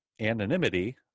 anonymity